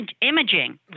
imaging